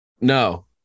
No